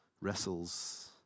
wrestles